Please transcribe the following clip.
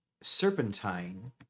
serpentine